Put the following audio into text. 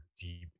deep